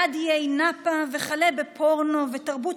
עבור באיי נאפה וכלה בפורנו ותרבות